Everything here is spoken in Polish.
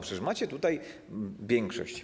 Przecież macie tutaj większość.